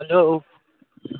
hello